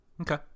Okay